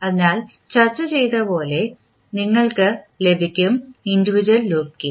അതിനാൽചർച്ച ചെയ്തതുപോലെ നിങ്ങൾക്ക് ലഭിക്കും ഇൻഡിവിജ്വൽ ലൂപ്പ് ഗേയിൻ